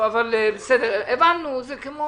הבנו.